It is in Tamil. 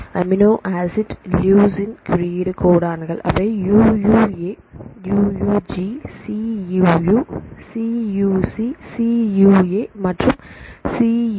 அமினோ ஆசிட் லியூஸின் குறியீடு கோடான கள் அவை UUA UUG CUU CUC CUA மற்றும் CUG